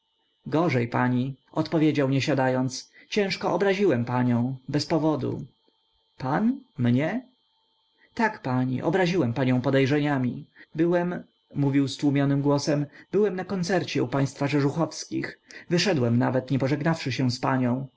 gorzej pani odpowiedział nie siadając ciężko obraziłem panią bez powodu pan mnie tak pani obraziłem panią podejrzeniami byłem mówił stłumionym głosem byłem na koncercie u państwa rzeżuchowskich wyszedłem nawet nie pożegnawszy się z panią